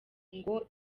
ngo